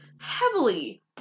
heavily